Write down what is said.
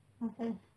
apasal